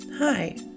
Hi